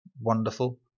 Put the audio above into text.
wonderful